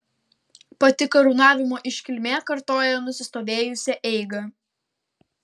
pati karūnavimo iškilmė kartoja nusistovėjusią eigą